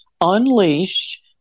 unleashed